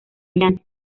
brillante